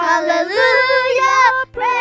Hallelujah